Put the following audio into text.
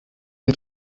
die